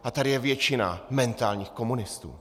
A tady je většina mentálních komunistů.